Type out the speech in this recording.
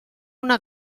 una